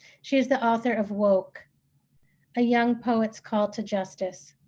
she is the author of woke a young poets call to justice,